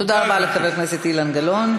תודה רבה לחבר הכנסת אילן גלאון.